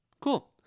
Cool